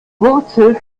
wurzel